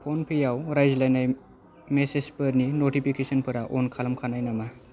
फनपे आव रायज्लायनाय मेसेजफोरनि नटिफिकेसनफोरा अन खालामखानाय नामा